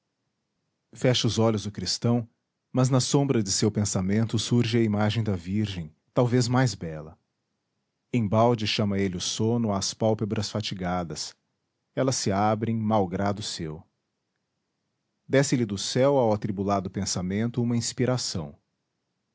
fecha os olhos o cristão mas na sombra de seu pensamento surge a imagem da virgem talvez mais bela embalde chama ele o sono às pálpebras fatigadas elas se abrem malgrado seu desce lhe do céu ao atribulado pensamento uma inspiração